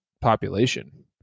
population